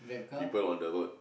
people one the road